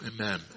Amen